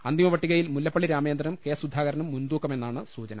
അന്തിമപട്ടികയിൽ മുല്ലപ്പള്ളി രാമചന്ദ്രനും കെ സുധാകരനും മുൻതൂക്കമെന്നാണ് സൂചന